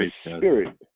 spirit